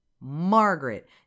Margaret